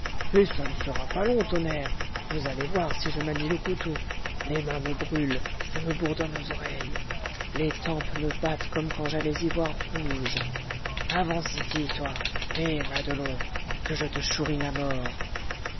et ça ne sera pas long tonnerre vous allez voir si je manie le couteau les mains me brûlent ça me bourdonne aux oreilles les tempes me battent comme quand j'allais y voir rouge avance ici toi eh madelon que je te chourine à mort